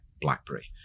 BlackBerry